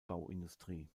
bauindustrie